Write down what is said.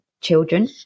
children